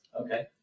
Okay